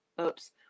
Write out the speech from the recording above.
oops